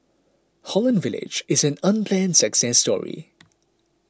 Holland Village is an unplanned success story